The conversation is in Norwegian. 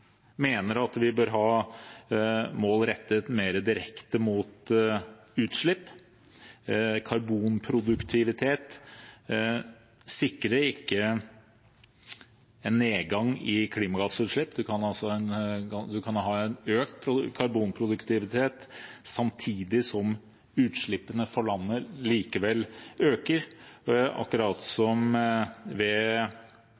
mener at vi bør ha mål rettet mer direkte mot utslipp. Karbonproduktivitet sikrer ikke en nedgang i klimagassutslipp. Man kan ha økt karbonproduktivitet samtidig som utslippene for landet likevel øker, akkurat